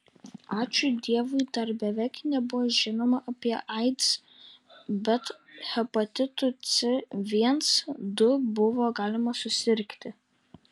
ačiū dievui dar beveik nebuvo žinoma apie aids bet hepatitu c viens du buvo galima susirgti